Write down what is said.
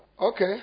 Okay